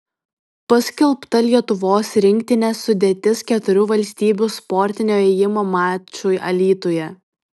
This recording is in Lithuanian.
paskelbta lietuvos rinktinės sudėtis keturių valstybių sportinio ėjimo mačui alytuje